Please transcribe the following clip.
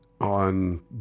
on